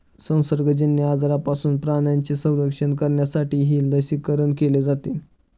संसर्गजन्य आजारांपासून प्राण्यांचे संरक्षण करण्यासाठीही लसीकरण केले जाते